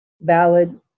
valid